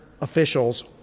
officials